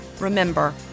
Remember